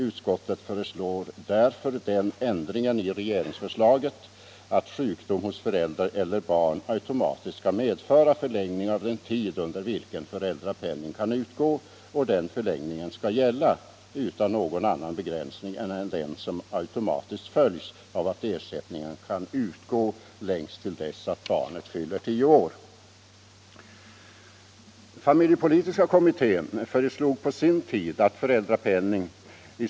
Utskottet föreslår därför den ändringen i regeringsförslaget att sjukdom hos förälder eller barn automatiskt skall medföra förlängning av den tid under vilken föräldrapenning kan utgå, och den förlängningen skall gälla utan någon annan begränsning än den som automatiskt följer av att ersättning kan utgå längst till dess barnet fyller tio år.